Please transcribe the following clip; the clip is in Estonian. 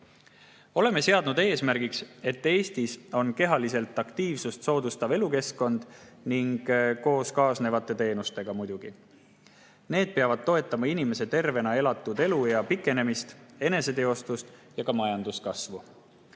Oleme seadnud eesmärgiks, et Eestis oleks kehalist aktiivsust soodustav elukeskkond, koos kaasnevate teenustega muidugi. Need peavad toetama inimeste tervena elatud eluea pikenemist, eneseteostust ja majanduskasvu.